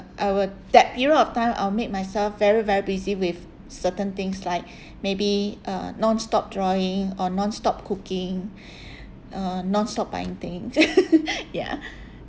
I will that period of time I'll make myself very very busy with certain things like maybe uh non-stop drawing or non-stop cooking uh non-stop buying thing ya